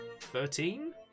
Thirteen